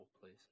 please